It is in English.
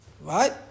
Right